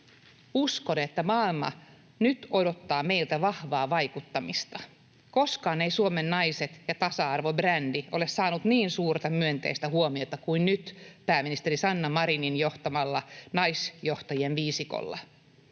Uskon, että maailma nyt odottaa meiltä vahvaa vaikuttamista. Koskaan eivät Suomen naiset ja tasa-arvobrändi ole saaneet niin suurta myönteistä huomiota kuin nyt pääministeri Sanna Marinin johtamalla naisjohtajien viisikolla.